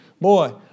Boy